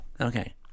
Okay